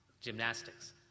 gymnastics